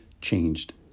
changed